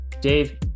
Dave